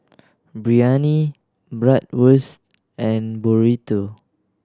Biryani Bratwurst and Burrito